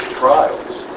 trials